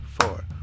four